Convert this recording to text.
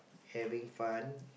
having fun